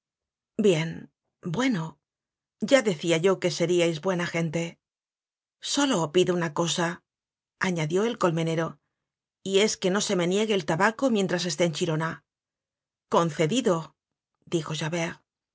bien bueno ya decia yo que seríais buena gente solo pido una cosa añadió el colmenero y es que no se me niegue el tabaco mientras esté en chirona concedido dijo javert y